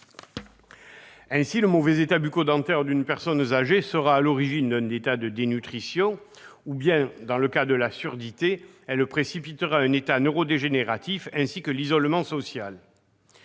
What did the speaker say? effet, la mauvaise santé bucco-dentaire d'une personne âgée sera à l'origine d'un état de dénutrition ou la surdité précipitera un état neuro-dégénératif ainsi que l'isolement social.